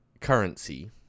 currency